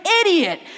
idiot